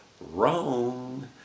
wrong